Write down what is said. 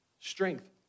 strength